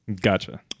Gotcha